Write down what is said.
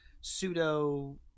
pseudo